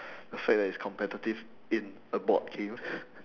the fact that it's competitive in a board game